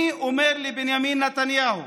אני אומר לבנימין נתניהו: